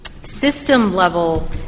System-level